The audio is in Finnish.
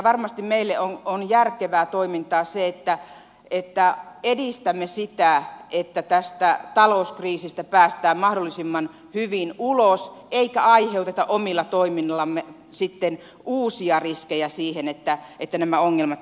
varmasti meille on järkevää toimintaa se että edistämme sitä että tästä talouskriisistä päästään mahdollisimman hyvin ulos emmekä aiheuta omilla toimillamme uusia riskejä siihen että nämä ongelmat uusiutuvat